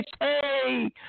Hey